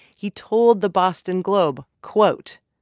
he told the boston globe, quote,